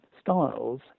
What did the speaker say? styles